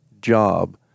job